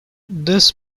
this